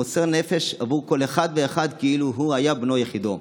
מוסר נפש עבור כל אחד ואחד כאילו הוא היה בנו יחידו.